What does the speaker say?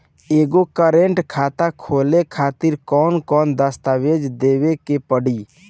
एगो करेंट खाता खोले खातिर कौन कौन दस्तावेज़ देवे के पड़ी?